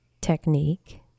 technique